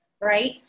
right